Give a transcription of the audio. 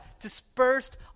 dispersed